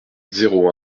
zéro